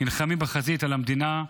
נלחמים בחזית על המדינה,